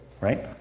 Right